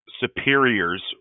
superiors